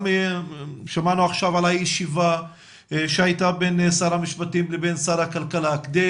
שמענו עכשיו על הישיבה שהייתה בין שר המשפטים ושר הכלכלה כדי